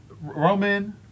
Roman